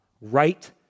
right